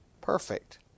perfect